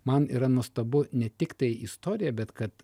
man yra nuostabu ne tiktai istorija bet kad